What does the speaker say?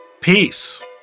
Peace